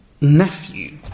nephew